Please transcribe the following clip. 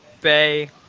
bay